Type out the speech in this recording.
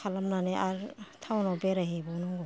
खालामनानै आरो टाउनआव बेरायहैबाव नांगौ